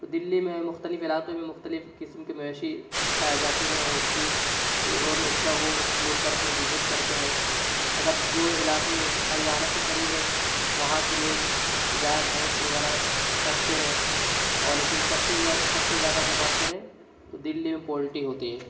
دلی میں مختلف علاقے میں مختلف قسم کے مویشی پائے جاتے ہیں اور اس کی اور اس کا وہ لوگ کرتے ہیں بزنس کرتے ہیں اگر جو علاقے ہریانہ سے قریب ہیں وہاں کے لوگ گائے بھینس وغیرہ رکھتے ہیں اور لیکن سب سے زیادہ سب سے زیادہ اگر بات کریں تو دلی میں پولٹی ہوتی ہے